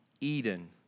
Eden